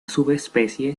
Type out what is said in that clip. subespecie